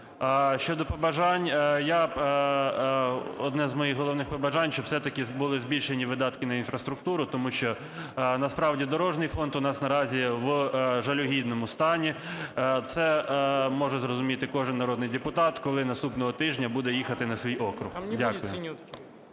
Щодо побажань, я… Одне з моїх головних побажань, щоб все-таки були збільшені видатки на інфраструктуру, тому що насправді дорожній фонд у нас наразі в жалюгідному стані. Це може зрозуміти кожен народний депутат, коли наступного тижня буде їхати на свій округ. Дякую.